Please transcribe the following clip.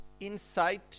inside